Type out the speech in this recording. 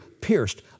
pierced